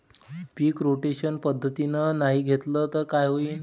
पीक rotation पद्धतीनं नाही घेतलं तर काय होईन?